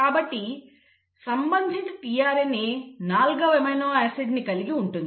కాబట్టి సంబంధిత tRNA నాల్గవ అమైనో ఆసిడ్ని కలిగి ఉంటుంది